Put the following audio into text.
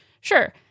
sure